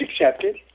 accepted